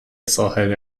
ساحل